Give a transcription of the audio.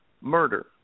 murder